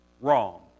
wrong